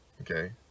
Okay